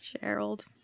Gerald